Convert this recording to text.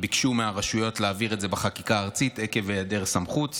ביקשו מהרשויות להעביר את זה בחקיקה ארצית עקב היעדר סמכות.